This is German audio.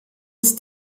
ist